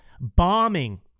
bombing